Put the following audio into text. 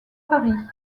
paris